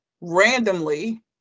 randomly